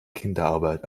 kinderarbeit